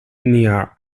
near